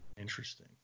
Interesting